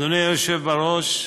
אדוני היושב בראש,